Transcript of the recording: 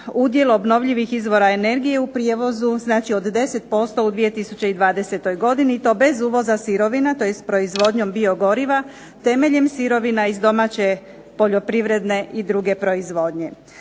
udjel obnovljivih izvora energije u prijevozu, znači od 10% u 2020. godini, to bez uvoza sirovina, tj. proizvodnjom biogoriva temeljem sirovina iz domaće poljoprivredne i druge proizvodnje.